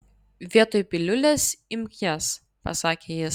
vietoj piliulės imk jas pasakė jis